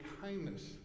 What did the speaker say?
kindness